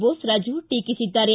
ಬೋಸರಾಜು ಟೀಕಿಸಿದ್ದಾರೆ